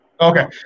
okay